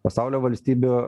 pasaulio valstybių